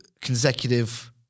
consecutive